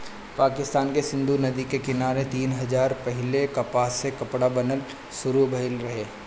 पाकिस्तान के सिंधु नदी के किनारे तीन हजार साल पहिले कपास से कपड़ा बनल शुरू भइल रहे